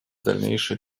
дальнейшие